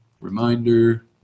Reminder